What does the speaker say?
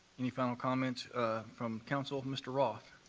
any final comments from council? mr. roth?